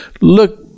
look